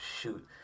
shoot